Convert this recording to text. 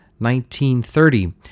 1930